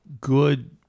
good